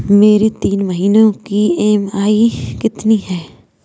मेरी तीन महीने की ईएमआई कितनी है?